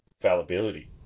fallibility